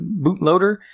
bootloader